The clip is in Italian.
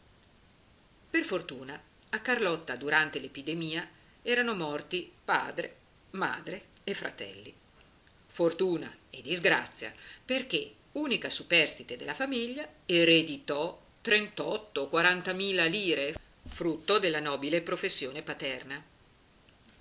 per fortuna a carlotta durante l'epidemia erano morti padre madre e fratelli fortuna e disgrazia perché unica superstite della famiglia ereditò trentotto o quarantamila lire frutto della nobile professione paterna